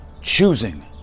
choosing